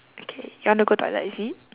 okay you want to go toilet is it